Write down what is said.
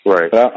Right